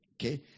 Okay